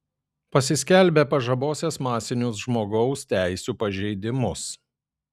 pasiskelbė pažabosiąs masinius žmogaus teisių pažeidimus